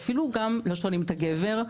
ואפילו גם לא שואלים את הגבר,